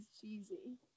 cheesy